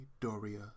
Doria